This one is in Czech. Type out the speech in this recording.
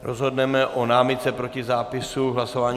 Rozhodneme o námitce proti zápisu hlasování.